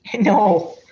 no